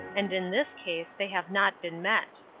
and in this case they have not been met.